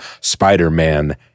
Spider-Man